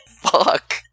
fuck